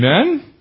Amen